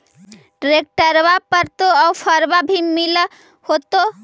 ट्रैक्टरबा पर तो ओफ्फरबा भी मिल होतै?